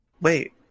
Wait